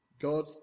God